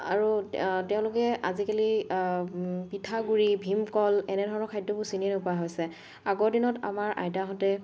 আৰু তেওঁলোকে আজিকালি পিঠাগুড়ি ভীমকল এনেধৰণৰ খাদ্যবোৰ চিনি নোপোৱা হৈছে আগৰ দিনত আমাৰ আইতাহঁতে